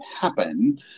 happen